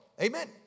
Amen